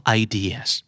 ideas